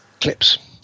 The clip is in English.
clips